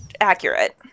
accurate